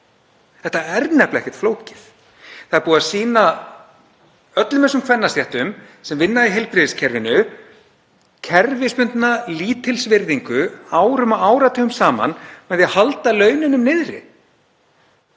Þetta er nefnilega ekkert flókið. Það er búið að sýna öllum þessum kvennastéttum sem vinna í heilbrigðiskerfinu kerfisbundna lítilsvirðingu árum og áratugum saman með því að halda laununum niðri.